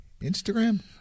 Instagram